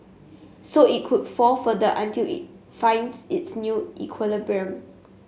so it could fall further until it finds its new equilibrium